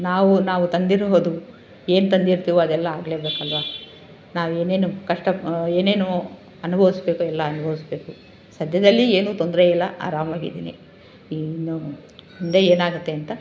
ನಾವು ನಾವು ತಂದಿರುವುದು ಏನು ತಂದಿರ್ತೀವೋ ಅದೆಲ್ಲ ಆಗಲೇ ಬೇಕಲ್ಲವಾ ನಾವು ಏನೇನು ಕಷ್ಟ ಏನೇನು ಅನುಭವಿಸ್ಬೇಕೋ ಎಲ್ಲ ಅನುಭವಿಸ್ಬೇಕೋ ಸದ್ಯದಲ್ಲಿ ಏನೂ ತೊಂದರೆಯಿಲ್ಲ ಆರಾಮ್ವಾಗಿದ್ದೀನಿ ಇನ್ನು ಮುಂದೆ ಏನಾಗುತ್ತೆ ಅಂತ